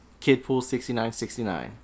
KidPool6969